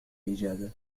إجازة